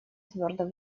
твердо